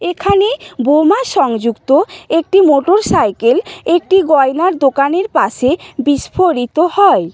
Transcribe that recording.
এখানে বোমা সংযুক্ত একটি মোটরসাইকেল একটি গয়নার দোকানের পাশে বিস্ফোরিত হয়